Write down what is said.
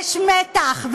יש מתח,